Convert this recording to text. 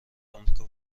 آمریکا